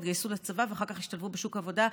התגייסו לצבא ואחר כך השתלבו בשוק העבודה,